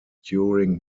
during